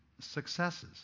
successes